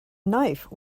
knife